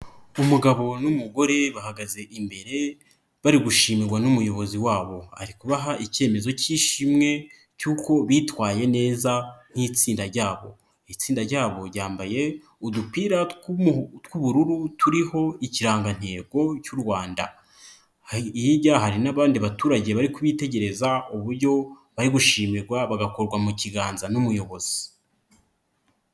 Umugabo n'umugore bahagaze imbere bari gushimirwa n'umuyobozi wabo. Ari kubaha icyemezo cy'ishimwe cy'uko bitwaye neza nk'itsinda ryabo. Itsinda ryabo ryambaye udupira tw'ubururu turiho ikirangantego cy'u rwanda hirya hari n'abandi baturage bari kubitegereza uburyo bari gushimirwa bagakorwa mu kiganza n'umuyobozi.